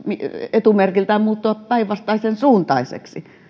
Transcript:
etumerkiltään muuttua päinvastaisen suuntaisiksi